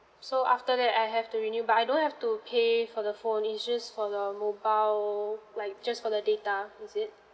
so after that I have to renew but I don't have to pay for the phone is just for the mobile like just for the data is it